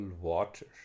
water